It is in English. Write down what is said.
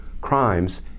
crimes